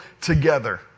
together